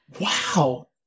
Wow